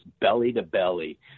belly-to-belly